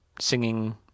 singing